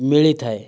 ମିଳିଥାଏ